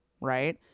Right